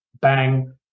bang